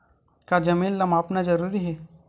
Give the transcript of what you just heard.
का जमीन ला मापना जरूरी हे?